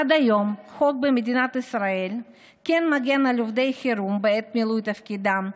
עד היום החוק במדינת ישראל כן מגן על עובדי החירום בעת מילוי תפקידם.